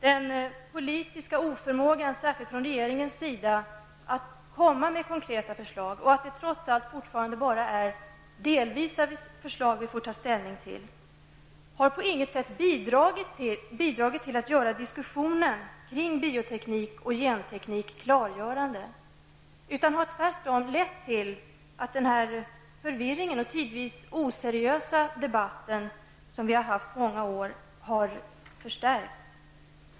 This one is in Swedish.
Den politiska oförmågan, särskilt från regeringens sida, att komma med konkreta förslag -- det är trots allt fortfarande bara delförslag vi får ta ställning till -- har på intet sätt bidragit till att göra diskussionen kring bioteknik och genteknik klargörande. Den har tvärtom lett till förvirring och till den tidvis oseriösa debatt som vi har haft i många år.